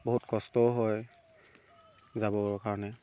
বহুত কষ্টও হয় যাবৰ কাৰণে